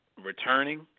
returning